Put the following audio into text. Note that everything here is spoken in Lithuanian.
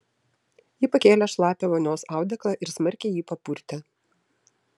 ji pakėlė šlapią vonios audeklą ir smarkiai jį papurtė